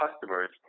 customers